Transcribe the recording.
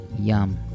Yum